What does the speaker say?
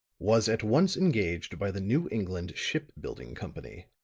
was at once engaged by the new england ship building company.